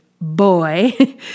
boy